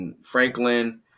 franklin